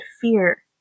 fear